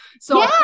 So-